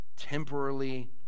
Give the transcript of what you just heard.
temporarily